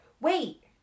wait